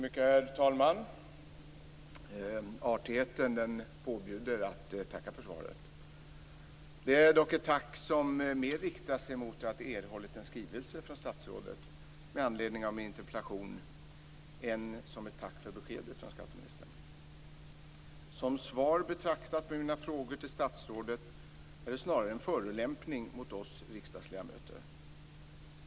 Herr talman! Artigheten påbjuder att jag tackar för svaret. Det är dock ett tack som framförs mer för den erhållna skrivelsen från statsrådet med anledning av min interpellation än för beskedet från skatteministern. Betraktat som besked på mina frågor till statsrådet är svaret snarare en förolämpning mot oss riksdagsledamöter.